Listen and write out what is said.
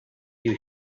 you